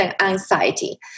anxiety